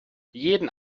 jeden